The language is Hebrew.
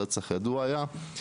רצח ידוע היה,